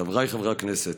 חבריי חברי הכנסת,